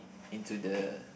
into the